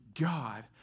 God